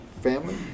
family